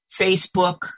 Facebook